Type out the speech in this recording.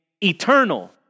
eternal